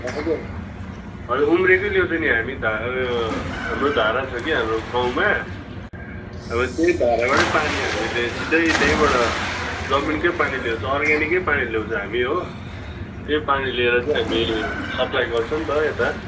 हजुर हजुर उम्रेकै ल्याउँछ नि हामी धारा हाम्रो धारा छ कि हाम्रो गाउँमा अब त्यही धाराबाटै पानी हामीले सिधैँ त्यहीबाट जमिनकै पानी ल्याउँछ अर्ग्यानिकै पानी ल्याउँछ हामी हो त्यही पानी लिएर चाहिँ हामीले सप्लाई गर्छ नि त यता